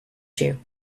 you